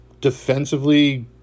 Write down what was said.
defensively